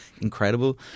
incredible